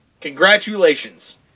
Congratulations